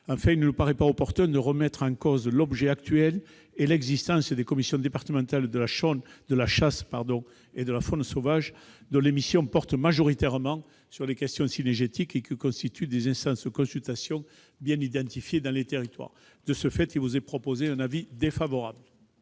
Enfin, il ne nous paraît pas opportun de remettre en cause l'objet actuel et l'existence des commissions départementales de la chasse et de la faune sauvage, dont les missions portent majoritairement sur les questions cynégétiques et qui constituent des instances de consultation bien identifiées dans les territoires. Par conséquent, la commission a émis un avis défavorable